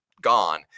gone